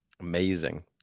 Amazing